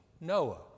Noah